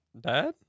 Dad